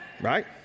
right